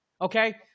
Okay